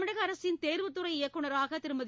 தமிழக அரசின் தேர்வுத்துறை இயக்குனராக திருமதி